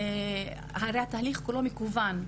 הרי התהליך כולו מקוון.